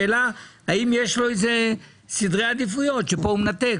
השאלה היא אם יש לו סדרי עדיפויות פה הוא מנתק,